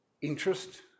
interest